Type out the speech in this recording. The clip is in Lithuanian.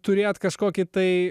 turėjot kažkokį tai